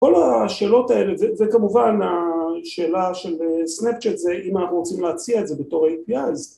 ‫כל השאלות האלה, וכמובן, ‫השאלה של סנאפצ'ט זה ‫אם אנחנו רוצים להציע את זה ‫בתור APIs.